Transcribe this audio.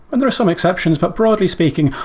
and there are some exceptions. but broadly speaking,